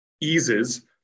eases